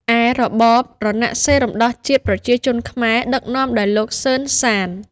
ឯរបប រណសិរ្សរំដោះជាតិប្រជាជនខ្មែរ ដឹកនាំដោយលោក សឺន សាន ។